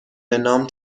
نام